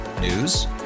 News